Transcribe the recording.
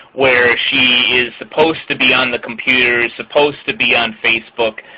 where she is supposed to be on the computers, supposed to be on facebook,